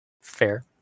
Fair